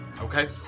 Okay